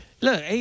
Look